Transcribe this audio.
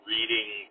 reading